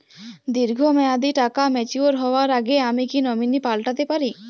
দীর্ঘ মেয়াদি টাকা ম্যাচিউর হবার আগে আমি কি নমিনি পাল্টা তে পারি?